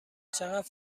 چقدر